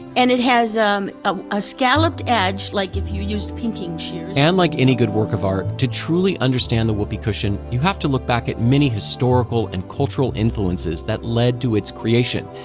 and it has um a scalloped edge like if you used pinking shears, and like any good work of art, to truly understand the whoopee cushion, you have to look back at the many historical and cultural influences that led to its creation.